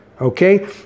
Okay